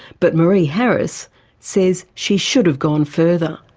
but myree harris says she should have gone further.